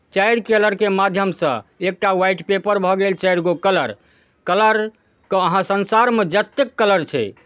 चारि कलरके माध्यमसँ एकटा व्हाइट पेपर भऽ गेल चारि गो कलर कलरके अहाँ संसारमे जतेक कलर छै